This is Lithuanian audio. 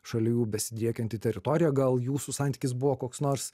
šalia jų besidriekianti teritorija gal jūsų santykis buvo koks nors